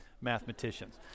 mathematicians